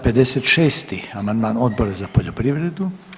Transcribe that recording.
56. amandman Odbora za poljoprivredu.